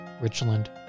Richland